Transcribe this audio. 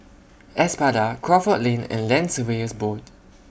Espada Crawford Lane and Land Surveyors Board